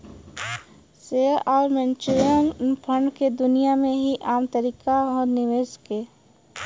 share अउर mutual fund के दुनिया मे ई आम तरीका ह निवेश के